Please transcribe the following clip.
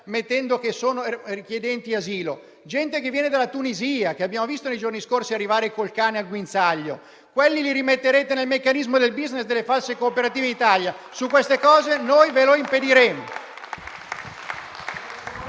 sostenendo che sono richiedenti asilo? Gente che viene dalla Tunisia e che abbiamo visto, nei giorni scorsi arrivare con il cane al guinzaglio. Quelli li immetterete nuovamente nel meccanismo del *business* delle false cooperative in Italia? Queste cose noi ve le impediremo!